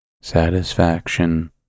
satisfaction